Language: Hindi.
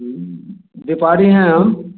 व्यापारी हैं हम